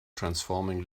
transforming